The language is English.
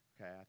Okay